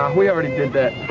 um we already did that,